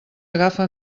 agafa